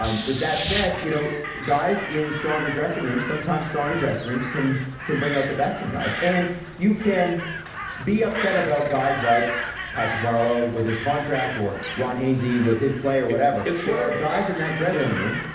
um with that said, you know guys in stronger dressing room, sometimes stronger dressing rooms can can bring out the best in guys. and you can be upset about guys like patrick marleau with his contract, or ron hainsey with his play, or whatever. but there are guys in that dressing room,